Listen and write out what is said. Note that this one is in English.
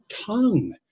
tongue